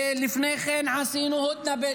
לפני כן עשינו הודנה.